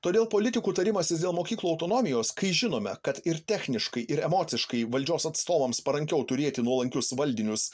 todėl politikų tarimasis dėl mokyklų autonomijos kai žinome kad ir techniškai ir emociškai valdžios atstovams parankiau turėti nuolankius valdinius